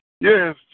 Yes